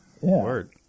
Word